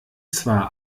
zwar